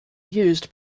used